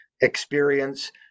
experience